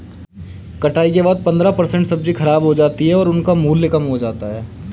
कटाई के बाद पंद्रह परसेंट सब्जी खराब हो जाती है और उनका मूल्य कम हो जाता है